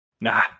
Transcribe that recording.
Nah